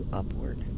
upward